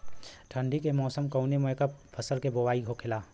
ठंडी के मौसम कवने मेंकवन फसल के बोवाई होखेला?